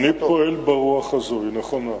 אני פועל ברוח הזאת, היא נכונה.